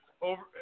over. –